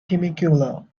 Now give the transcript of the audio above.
temecula